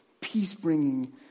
peace-bringing